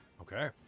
Okay